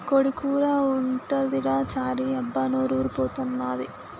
కోడి కూర ఉంటదిరా చారీ అబ్బా నోరూరి పోతన్నాది